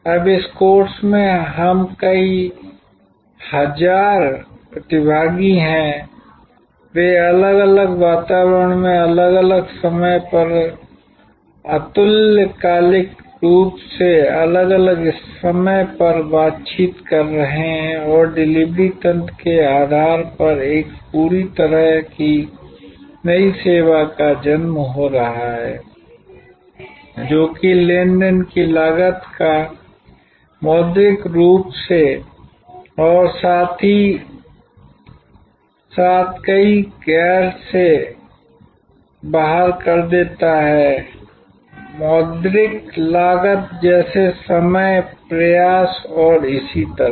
अब इस कोर्स में हम कई 1000 प्रतिभागी हैं वे अलग अलग वातावरण में अलग अलग समय पर अतुल्यकालिक रूप से अलग अलग समय पर बातचीत कर रहे हैं और डिलीवरी तंत्र के आधार पर एक पूरी तरह की नई सेवा का जन्म हो रहा है जो कि लेन देन की लागत का मौद्रिक रूप से और साथ ही साथ कई गैर से बाहर कर देता है मौद्रिक लागत जैसे समय प्रयास और इसी तरह